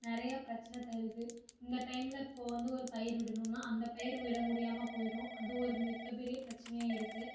நிறையா பிரச்சனை தருது இந்த டைமில் இப்போ வந்து ஒரு பயிர் விடுணுன்னா அந்த பயிர் விட முடியாமல் போயிரும் அது ஒரு மிகப்பெரிய பிரச்சனையாக இருக்கு